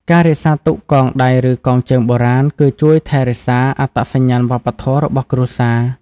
ការរក្សាទុកកងដៃឬកងជើងបុរាណ គឺជួយថែរក្សា អត្តសញ្ញាណវប្បធម៌ របស់គ្រួសារ។